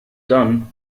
done